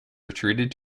retreated